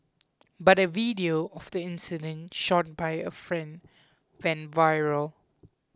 but a video of the incident shot by a friend went viral